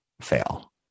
fail